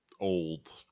old